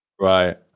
Right